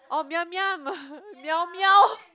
oh Yum Yum meow meow